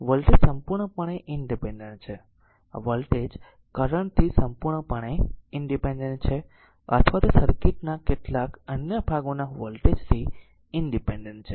voltage સંપૂર્ણપણે independent છે આ વોલ્ટેજ કરંટ થી સંપૂર્ણપણે ઇનડીપેન્ડેન્ટ છે અથવા તે સર્કિટ ના કેટલાક અન્ય ભાગોના વોલ્ટેજ થી ઇનડીપેન્ડેન્ટ છે